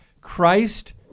Christ